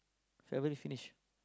February finish